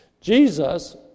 Jesus